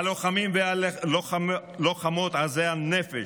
הלוחמים והלוחמות עזי הנפש,